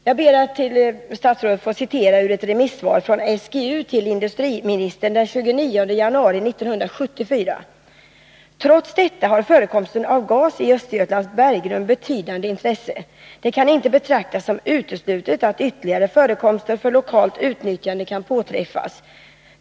Jag ber att för statsrådet få citera ur ett remissvar från SGU till industriministern den 29 januari 1974: ”Trots detta har förekomsten av gas i Östergötlands berggrund betydande intresse. Det kan inte betraktas som uteslutet att ytterligare förekomster för lokalt utnyttjande kan påträffas.